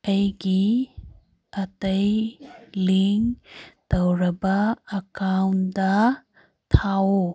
ꯑꯩꯒꯤ ꯑꯇꯩ ꯂꯤꯡ ꯇꯧꯔꯕ ꯑꯀꯥꯎꯟꯗ ꯊꯥꯎ